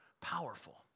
powerful